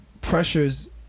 pressures